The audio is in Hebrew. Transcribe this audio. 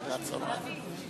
ברצון רב.